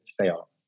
fail